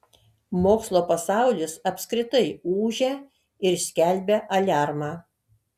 mokslo pasaulis apskritai ūžia ir skelbia aliarmą